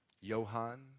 Johan